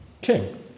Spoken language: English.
king